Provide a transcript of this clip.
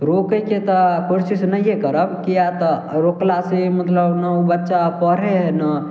रोकेके तऽ कोशिश नहिये करब किआ तऽ रोकलासँ मतलब ने उ बच्चा पढ़य हइ ने